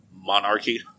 monarchy